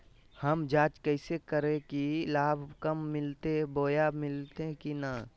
हम जांच कैसे करबे की लाभ कब मिलते बोया मिल्ले की न?